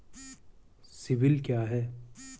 CIBIL क्या है?